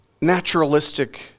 naturalistic